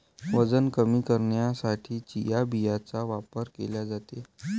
वजन कमी करण्यासाठी चिया बियांचा वापर केला जातो